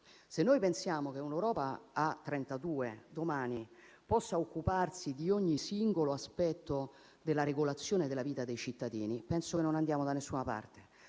Se noi pensiamo che un'Europa a 32 Stati, domani, possa occuparsi di ogni singolo aspetto della regolazione della vita dei cittadini, non andiamo da nessuna parte.